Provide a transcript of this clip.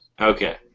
Okay